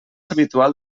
habitual